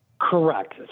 Correct